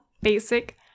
basic